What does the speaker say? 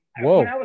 Whoa